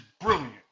brilliant